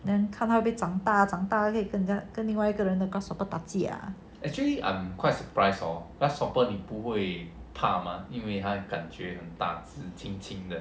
then 看他会不会长大长大了看他可以跟另外一个人的 grasshopper 打架